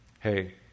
Hey